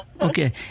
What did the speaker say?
Okay